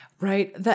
right